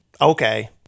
Okay